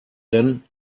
denn